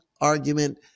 argument